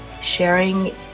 sharing